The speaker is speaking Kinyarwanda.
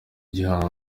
gihanga